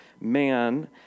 man